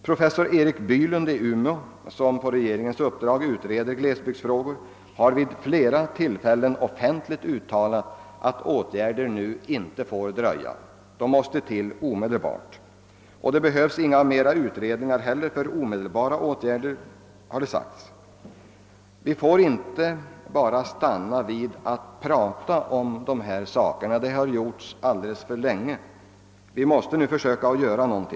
Professor Erik Bylund i Umeå, som på regeringens uppdrag utreder glesbygdsfrågor, har vid flera tillfällen offentligt uttalat att åtgärder nu inte får dröja. De måste vidtas omedelbart. Det har också sagts att det nu inte heller behövs några flera utredningar, utan att omedelbara åtgärder kan vidtas. Vi får inte bara stanna vid prat om dessa åtgärder. Det har förekommit alltför länge. Vi måste nu försöka göra något.